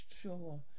sure